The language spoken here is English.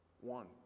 One